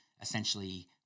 essentially